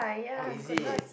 oh is it